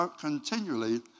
continually